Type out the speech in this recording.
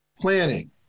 planning